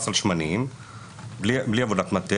הטילו מס על שמנים בלי עבודת מטה,